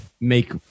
make